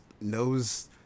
knows